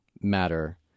matter